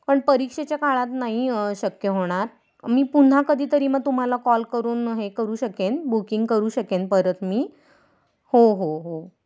पण परीक्षेच्या काळात नाही शक्य होणार मी पुन्हा कधीतरी मग तुम्हाला कॉल करून हे करू शकेन बुकिंग करू शकेन परत मी हो हो हो